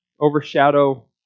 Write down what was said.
overshadow